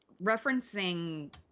referencing